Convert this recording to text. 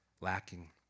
lacking